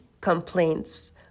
complaints